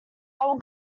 will